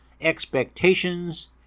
expectations